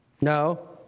No